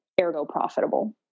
ergo-profitable